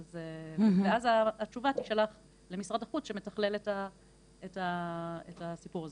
ואז התשובה תישלח למשרד החוץ שמתכלל את הסיפור הזה,